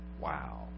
Wow